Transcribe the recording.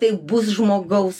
tai bus žmogaus